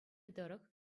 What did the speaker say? тӑрӑх